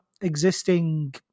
existing